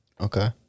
Okay